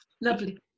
lovely